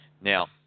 Now